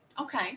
Okay